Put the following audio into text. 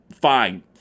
Fine